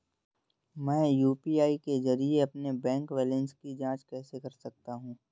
मैं यू.पी.आई के जरिए अपने बैंक बैलेंस की जाँच कैसे कर सकता हूँ?